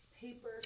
Paper